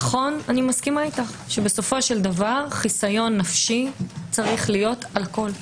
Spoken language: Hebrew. אני מסכימה שבסופו של דבר חיסיון נפשי צריך להיות על כל דבר.